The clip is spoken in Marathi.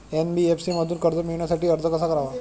एन.बी.एफ.सी मधून कर्ज मिळवण्यासाठी अर्ज कसा करावा?